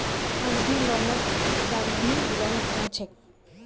अवधि लोनक सावधि लोन कह छेक